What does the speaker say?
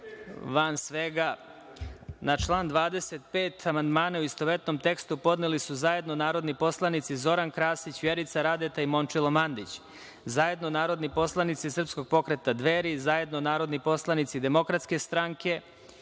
van svega. Na član 25. Amandmane, u istovetnom tekstu, podneli su zajedno narodni poslanici Zoran Krasić, Vjerica Radeta i Momčilo Mandić, zajedno narodni poslanici pokreta „Dveri“, zajedno narodni poslanici DS, narodni